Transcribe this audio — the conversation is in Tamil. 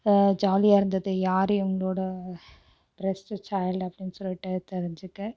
ஜாலியாக இருந்தது யாரு எங்களோடய பிரெஸ்ட்டு சைல்டு அப்படின்னு சொல்லிட்டு தெரிஞ்சுக்க